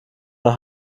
nach